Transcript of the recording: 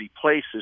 places